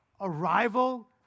arrival